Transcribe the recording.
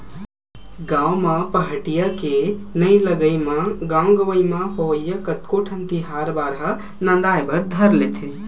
गाँव म पहाटिया के नइ लगई म गाँव गंवई म होवइया कतको ठन तिहार बार ह नंदाय बर धर लेथे